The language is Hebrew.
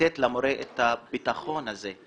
לתת למורה את הביטחון הזה,